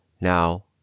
Now